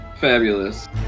Fabulous